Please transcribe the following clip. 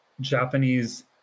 Japanese